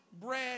bread